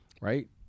right